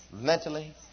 mentally